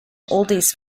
oldies